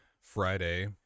Friday